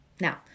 Now